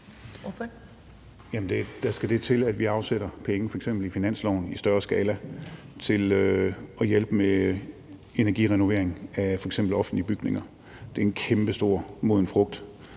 Der skal det til, at vi afsætter penge i f.eks. finansloven i større skala til at hjælpe med energirenovering af f.eks. offentlige bygninger. Det er en kæmpestor moden frugt,